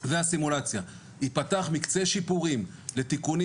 והסימולציה ייפתח מקצה שיפורים לתיקונים